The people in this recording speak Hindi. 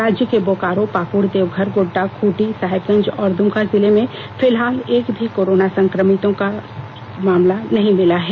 राज्य के बोकारो पाक्ड देवघर गोड़डा खूंटी साहिबगंज और द्मका जिले में फिलहाल एक भी कोरोना संक्रमित का सकिय मामला नहीं है